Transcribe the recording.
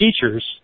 teachers